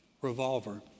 revolver